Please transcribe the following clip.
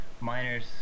miners